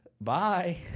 Bye